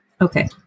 Okay